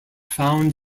found